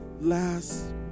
last